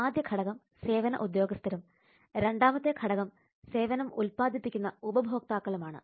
ആദ്യ ഘടകം സേവന ഉദ്യോഗസ്ഥരും രണ്ടാമത്തെ ഘടകം സേവനം ഉൽപ്പാദിപ്പിക്കുന്ന ഉപഭോക്താക്കളുമാണ്